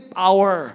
power